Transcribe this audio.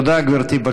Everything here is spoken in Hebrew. תודה, גברתי.